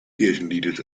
kirchenliedes